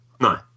No